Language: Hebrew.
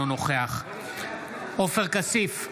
אינו נוכח עופר כסיף,